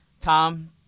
Tom